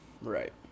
Right